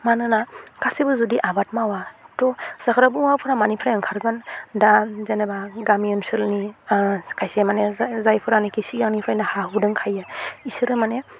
मानोना गासैबो जुदि आबाद मावा थह जाग्रा मुवाफोरा मानिफ्राय ओंखारगोन दा जेनेबा गामि ओनसोलनि खायसे माने जाय जायफोरानिखि सिगांनिफ्रायनो हा हु दंखायो बिसोरो माने